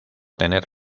tener